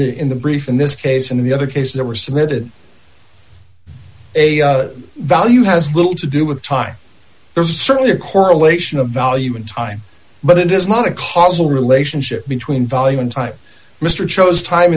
the in the brief in this case in the other case there were submitted a value has little to do with time there's certainly a correlation of value in time but it is not a causal relationship between value and time mr chose time